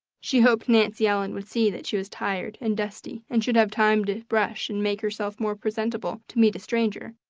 she hoped nancy ellen would see that she was tired and dusty, and should have time to brush and make herself more presentable to meet a stranger,